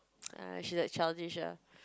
ah she like childish ah